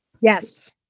Yes